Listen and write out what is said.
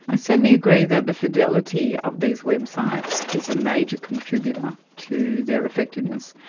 i certainly agree that the fidelity of these websites is a major contributor to their effectiveness.